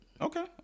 Okay